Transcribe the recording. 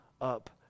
up